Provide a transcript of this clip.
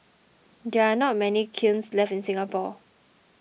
there are not many kilns left in Singapore